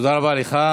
תודה רבה לך.